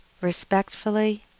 Respectfully